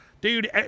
Dude